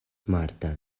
marta